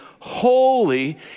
holy